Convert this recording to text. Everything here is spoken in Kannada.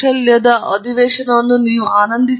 ಮತ್ತು ಈ ಮಾದರಿಯ ಅಧಿವೇಶನವನ್ನು ನೀವು ಆನಂದಿಸಿರುವಿರಿ